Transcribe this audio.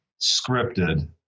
scripted